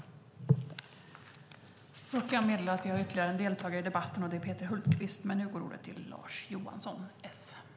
Då Monica Green, som framställt en av interpellationerna, hade anmält att hon var förhindrad att närvara vid sammanträdet medgav tredje vice talmannen att Lars Johansson i stället fick delta i överläggningen.